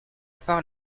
part